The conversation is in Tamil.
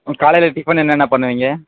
ம் காலையில் டிஃபன் என்னென்னப் பண்ணுவீங்க